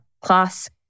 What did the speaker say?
class